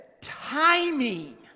Timing